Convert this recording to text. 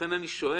לכן אני שואל